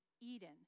Eden